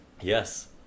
Yes